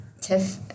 Tiff